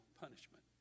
punishment